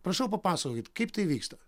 prašau papasakokit kaip tai vyksta